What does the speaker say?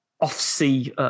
off-sea